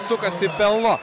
sukasi pelno